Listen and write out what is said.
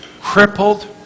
crippled